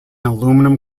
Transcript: aluminum